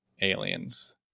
aliens